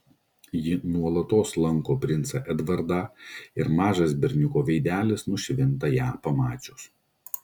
ji nuolatos lanko princą edvardą ir mažas berniuko veidelis nušvinta ją pamačius